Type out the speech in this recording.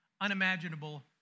Unimaginable